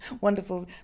wonderful